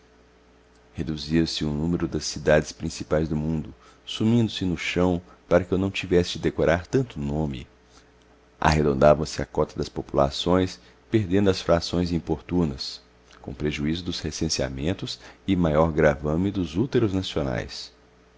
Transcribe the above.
reduzia se o número das cidades principais do mundo sumindo se no chão para que eu não tivesse de decorar tanto nome arredondava se a cota das populações perdendo as frações importunas com prejuízo dos recenseamentos e maior gravame dos úteros nacionais